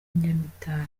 nyamitali